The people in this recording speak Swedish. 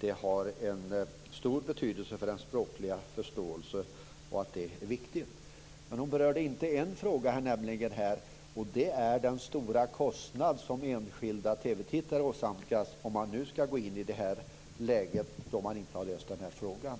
det har en stor betydelse för den språkliga förståelsen och att det är viktigt. Det var en fråga som Agneta Brendt inte berörde här, nämligen den stora kostnad som enskilda TV tittare åsamkas om man nu ska gå in i det här läget när man inte har löst frågan.